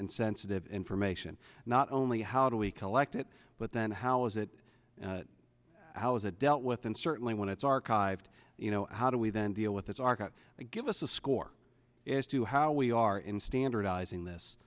and sensitive information not only how do we collect it but then how is it how is it dealt with and certainly when it's archived you know how do we then deal with this arca give us a score as to how we are in standardizing this